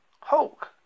Hulk